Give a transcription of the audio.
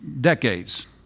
decades